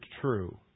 true